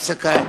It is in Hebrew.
הפסקה.